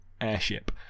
Airship